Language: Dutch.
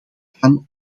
aan